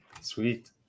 Sweet